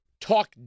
talk